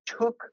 took